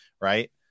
Right